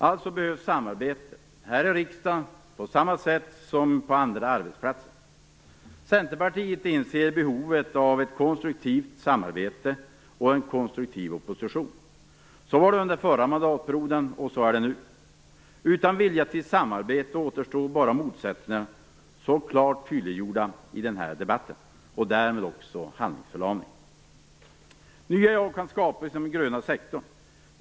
Alltså behövs samarbete här i riksdagen på samma sätt som på andra arbetsplatser. Centerpartiet inser behovet av ett konstruktivt samarbete och en konstruktiv opposition. Så var det under förra mandatperioden och så är det nu. Utan vilja till samarbete återstår bara motsättningar - mycket klart tydliggjorda i denna debatt - och därmed också handlingsförlamning. Nya jobb kan skapas inom den gröna sektorn.